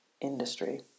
industry